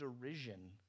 derision